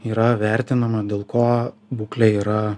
yra vertinama dėl ko būklė yra